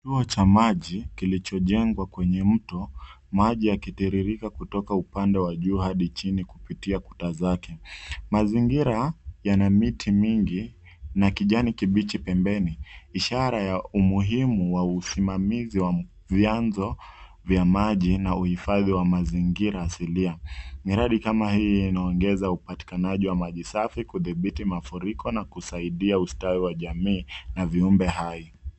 Kituo cha maji kilichojengwa kwenye mto. Maji yakitiririka kutoka upande wa juu hadi chini kupitia kuta zake. Mazingira yana miti mingi na kijani kibichi pembeni, ishara ya umuhimu wa usimamizi wa vyanzo vya maji na uhifadhi wa mazingira silia. Miradi kama hii inongeza upatikanaji wa maji safi kudhibbiti mafuriko na kusaidia ustadi wa jamii na viumbe hai.